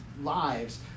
lives